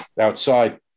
outside